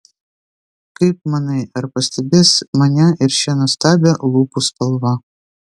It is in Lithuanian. kaip manai ar pastebės mane ir šią nuostabią lūpų spalvą